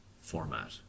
format